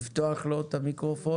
תקנה 13